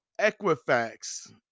Equifax